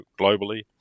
globally